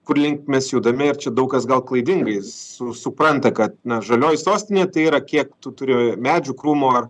kur link mes judame ir čia daug kas gal klaidingais su supranta kad na žalioji sostinė tai yra kiek tu turi medžių krūmų